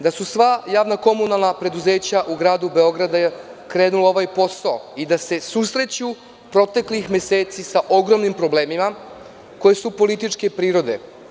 Da su sva javno-komunalna preduzeća u gradu Beogradu krenula ovaj posao i da se susreću proteklih meseci sa ogromnim problemima koji su političke prirode.